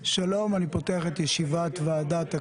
בוקר טוב, אני מתכבד לפתוח את ישיבת ועדת הכנסת.